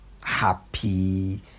happy